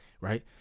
Right